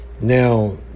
Now